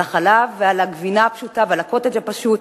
על החלב ועל הגבינה הפשוטה ועל ה"קוטג'" הפשוט.